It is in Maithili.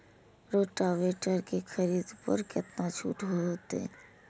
रोटावेटर के खरीद पर केतना छूट होते?